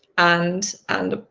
and and